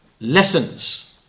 lessons